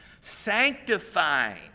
sanctifying